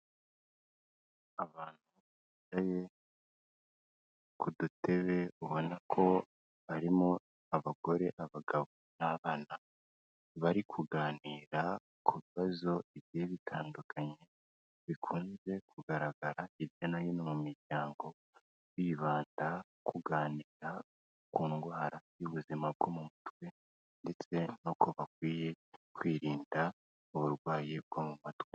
Abantu bicaye ku dutebe ubona ko harimo abagore, abagabo n'abana bari kuganira ku bibazo bigiye bitandukanye bikunze kugaragara hirya no hino mu miryango, bibanda ku kuganira ku ndwara y'ubuzima bwo mu mutwe ndetse n'uko bakwiye kwirinda uburwayi bwo mu mutwe.